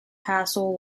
castle